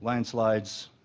landslides,